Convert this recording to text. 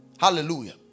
Hallelujah